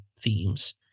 themes